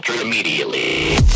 immediately